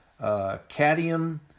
cadmium